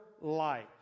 life